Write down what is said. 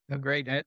Great